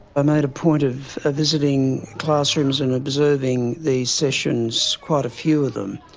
i made a point of ah visiting classrooms and observing these sessions, quite a few of them.